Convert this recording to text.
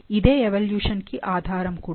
ఇదే ఎవల్యూషన్ కి ఆధారం కూడా